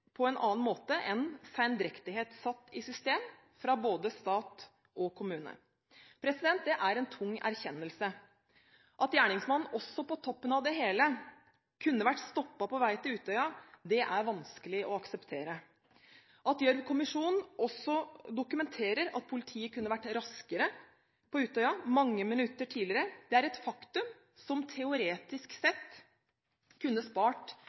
på en annen måte enn sendrektighet satt i system fra både stat og kommune. Det er en tung erkjennelse. At gjerningsmannen også, på toppen av det hele, kunne vært stoppet på vei til Utøya, er vanskelig å akseptere. At Gjørv-kommisjonen også dokumenterer at politiet kunne vært raskere på Utøya – mange minutter tidligere – er et faktum som teoretisk sett kunne spart